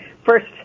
First